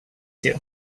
two